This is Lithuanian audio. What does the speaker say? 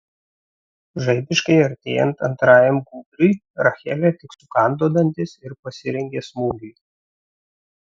žaibiškai artėjant antrajam gūbriui rachelė tik sukando dantis ir pasirengė smūgiui